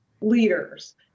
leaders